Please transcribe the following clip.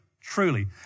truly